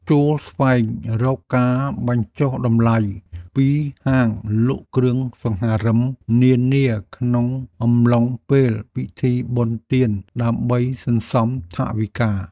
ចូរស្វែងរកការបញ្ចុះតម្លៃពីហាងលក់គ្រឿងសង្ហារិមនានាក្នុងអំឡុងពេលពិធីបុណ្យទានដើម្បីសន្សំថវិកា។